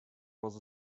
was